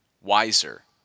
wiser